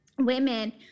women